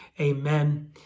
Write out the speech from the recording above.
Amen